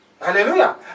Hallelujah